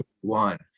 one